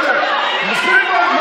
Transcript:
שניכם.